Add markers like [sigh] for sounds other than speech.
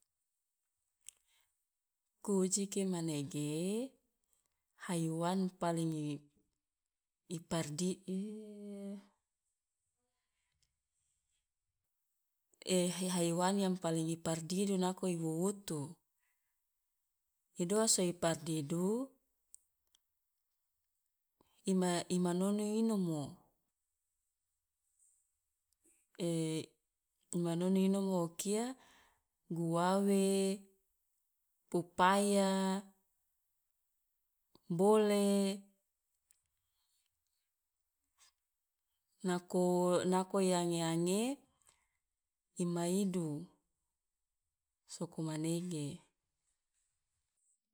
Kwujiki manege haiwan paling i i pardi [hesitation] [hesitation] hai- haiwan yang paling paling i pardidu nako i wuwutu, i doa si i pardidu ima i ma nonu inomo [hesitation] i ma nonu inomo o kia guawe, pupaya, bole nako nako i ange ange i maidu soko manege.